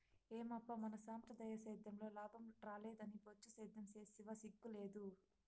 ఏమప్పా మన సంప్రదాయ సేద్యంలో లాభం రాలేదని బొచ్చు సేద్యం సేస్తివా సిగ్గు లేదూ